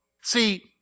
See